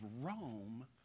Rome